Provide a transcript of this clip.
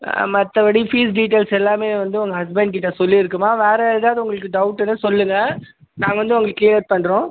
மற்றபடி fees details எல்லாமே வந்து உங்க ஹஸ்பண்ட் கிட்ட சொல்லியிருக்கும்மா வேறு ஏதாவது உங்களுக்கு டௌட்டுனால் சொல்லுங்க நாங்கள் வந்து உங்களுக்கு க்ளியர் பண்ணுறோம்